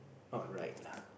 not right lah